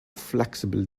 flexible